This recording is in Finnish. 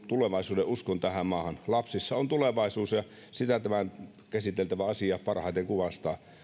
tulevaisuudenuskon tähän maahan lapsissa on tulevaisuus ja sitä tämä käsiteltävä asia parhaiten kuvastaa